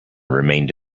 remained